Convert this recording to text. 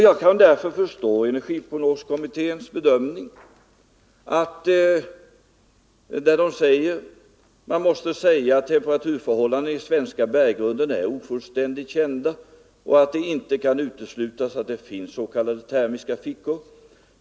Jag kan därför förstå energiprogramkommitténs bedömning, när den säger att temperaturförhållandena i den svenska berggrunden är ofullständigt kända och att det inte kan uteslutas att det finns s.k. termiska fickor.